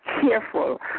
careful